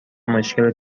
مشکل